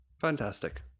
fantastic